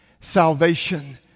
salvation